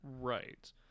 Right